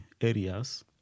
areas